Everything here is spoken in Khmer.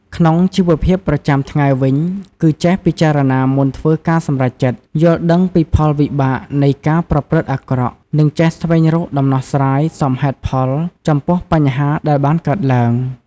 ក្នុងជីវភាពប្រចាំថ្ងៃវិញ គឺចេះពិចារណាមុនធ្វើការសម្រេចចិត្ត យល់ដឹងពីផលវិបាកនៃការប្រព្រឹត្តអាក្រក់ និងចេះស្វែងរកដំណោះស្រាយសមហេតុផលចំពោះបញ្ហាដែលបានកើតឡើង។